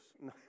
No